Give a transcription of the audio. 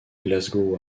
glasgow